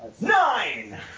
Nine